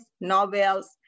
novels